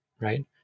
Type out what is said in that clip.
right